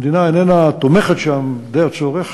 המדינה איננה תומכת שם די הצורך